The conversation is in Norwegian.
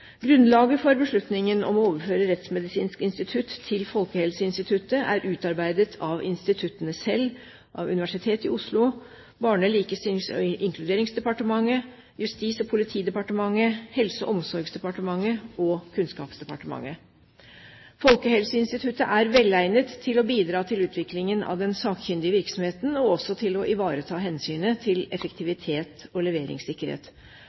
Grunnlaget for beslutningen om å overføre Rettsmedisinsk institutt til Folkehelseinstituttet er utarbeidet av instituttene selv, Universitetet i Oslo, Barne-, likestillings- og inkluderingsdepartementet, Justis- og politidepartementet, Helse- og omsorgsdepartementet og Kunnskapsdepartementet. Folkehelseinstituttet er velegnet til å bidra til utviklingen av den sakkyndige virksomheten, og også til å ivareta hensynet til effektivitet og leveringssikkerhet.